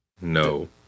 No